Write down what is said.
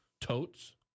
totes